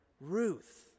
Ruth